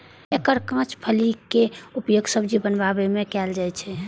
एकर कांच फलीक उपयोग सब्जी बनबै मे कैल जाइ छै